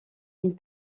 une